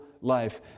life